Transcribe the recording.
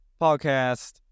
podcast